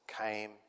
came